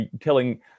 telling